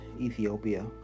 Ethiopia